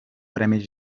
premis